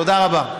תודה רבה.